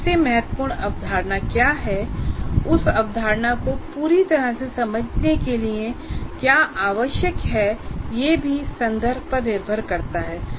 सबसे महत्वपूर्ण अवधारणा क्या है और उस अवधारणा को पूरी तरह से समझने के लिए क्या आवश्यक है यह भी संदर्भ पर निर्भर करता है